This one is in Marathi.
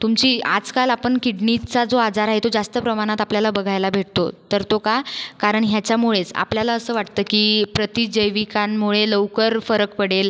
तुमची आजकाल आपण किडनीचा जो आजार आहे तो जास्त प्रमाणात आपल्याला बघायला भेटतो तर तो का कारण ह्याच्यामुळेच आपल्याला असं वाटतं की प्रतिजैविकांमुळे लवकर फरक पडेल